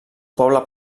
poble